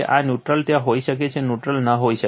આ ન્યુટ્રલ ત્યાં હોઈ શકે છે ન્યુટ્રલ ન હોઈ શકે